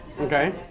Okay